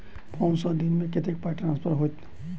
Phone सँ एक दिनमे कतेक पाई ट्रान्सफर होइत?